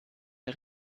der